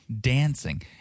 dancing